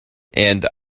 and